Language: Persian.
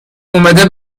اومده